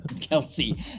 Kelsey